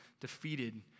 defeated